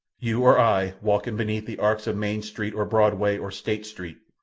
you or i walking beneath the arcs of main street, or broadway, or state street,